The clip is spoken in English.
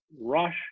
rush